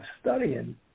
studying